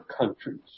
countries